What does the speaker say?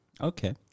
okay